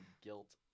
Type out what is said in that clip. guilt